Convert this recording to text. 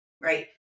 Right